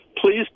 Please